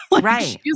Right